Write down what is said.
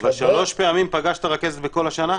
אבל שלוש פעמים פגשת את הרכזת בכל השנה?